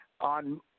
on –